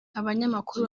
abanyamakuru